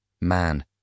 Man